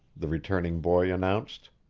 the returning boy announced.